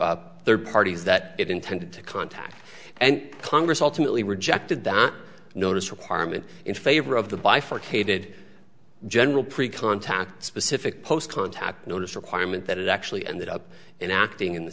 particular third parties that it intended to contact and congress ultimately rejected the notice requirement in favor of the bifurcated general pre contact specific post contact notice requirement that it actually ended up in acting in the